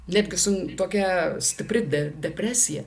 netgi su tokia stipri depresija